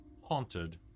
haunted